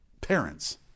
Parents